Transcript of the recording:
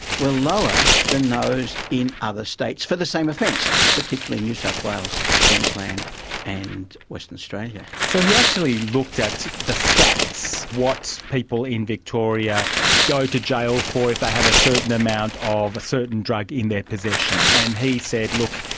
were lower than those in other states, for the same offence, particularly new south wales, queensland and western australia. so he actually looked at the stats, what people in victoria go to jail for if they have a certain amount of a certain drug in their possession, and he said, look,